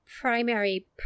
primary